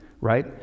Right